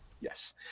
Yes